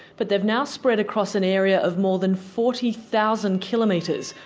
but they've now spread across an area of more than forty thousand kilometres,